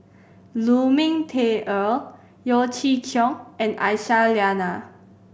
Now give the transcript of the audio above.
Lu Ming Teh Earl Yeo Chee Kiong and Aisyah Lyana